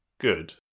Good